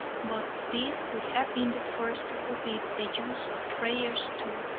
but these would have been the first to forbid the use of prayers to,